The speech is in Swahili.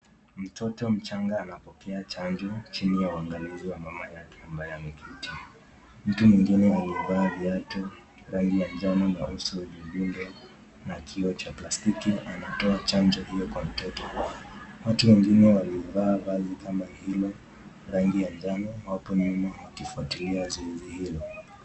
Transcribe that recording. Mtoto mchanga anapokea chanjo chini ya uangalizi wa mama yake ambaye ameketi. Mtu mwingine aliyevaa viatu rangi ya njano na uso na kioo cha plastiki anatoa chanjo hiyo kwa mtoto . Watu wengine wamevaa mavazi kama hilo rangi ya njano wapo nyuma wakifuatilia zoezi hilo.